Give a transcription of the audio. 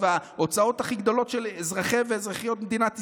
וההוצאות הכי גדולות של אזרחי ואזרחיות מדינת ישראל?